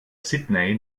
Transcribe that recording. sydney